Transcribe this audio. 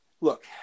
look